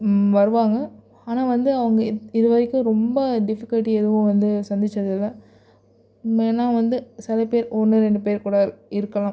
வருவாங்க ஆனால் வந்து அவங்க இத் இது வரைக்கும் ரொம்ப டிஃபிகல்ட்டி எதுவும் வந்து சந்திச்சதில்லை வேணுணா வந்து சில பேர் ஒன்று ரெண்டு பேர் கூட இருக்கலாம்